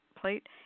plate